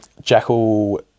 jackal